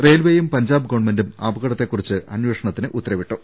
റെയിൽവെയും പഞ്ചാബ് ഗവൺമെൻും അപകടത്തെ കുറിച്ച് അന്വേഷണത്തിന് ഉത്തരവിട്ടു